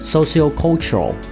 Sociocultural